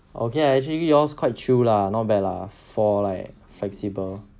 okay lah actually yours quite chill lah not bad lah for like flexible